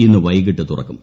ഇന്ന് വൈകിട്ട് തുറക്കും